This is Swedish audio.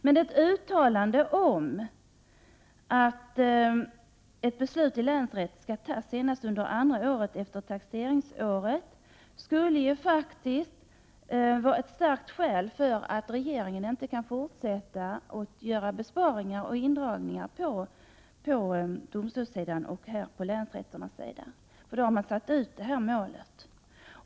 Men ett uttalande om att ett beslut i länsrätten skall fattas senast under andra året efter taxeringsåret skulle faktiskt vara ett starkt skäl till att regeringen inte kan fortsätta att göra besparingar och indragningar på domstolssidan när det gäller länsrätterna. Då har man ju satt upp ett mål.